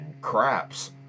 craps